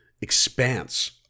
expanse